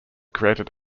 created